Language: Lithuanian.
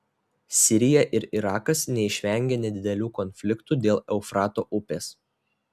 sirija ir irakas neišvengė nedidelių konfliktų dėl eufrato upės